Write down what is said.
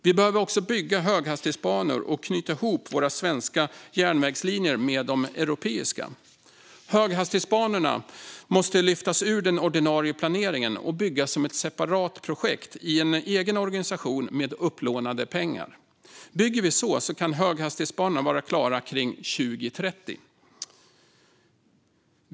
Vi behöver även bygga höghastighetsbanor och knyta ihop våra svenska järnvägslinjer med de europeiska. Höghastighetsbanorna måste lyftas ur den ordinarie planeringen och byggas som ett separat projekt i en egen organisation med upplånade pengar. Bygger vi så kan höghastighetsbanorna vara klara omkring 2030.